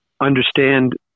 understand